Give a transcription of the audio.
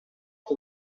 che